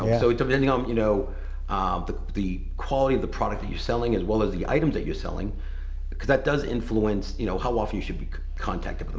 um so depending um you know on the quality of the product that you're selling, as well as the items that you're selling, cause that does influence you know how often you should be contacted.